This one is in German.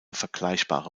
vergleichbare